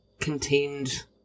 contained